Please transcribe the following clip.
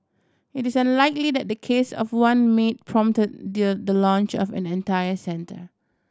it is unlikely that the case of one maid prompted their the launch of an entire centre